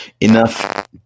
enough